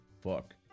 fuck